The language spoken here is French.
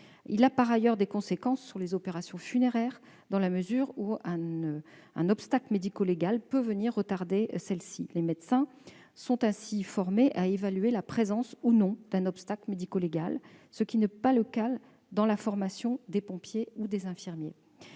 Il emporte également des conséquences sur les opérations funéraires dans la mesure où un obstacle médico-légal peut venir les retarder. Les médecins sont formés à évaluer la présence ou non d'un obstacle médico-légal, ce qui n'est pas le cas des pompiers ou des infirmiers.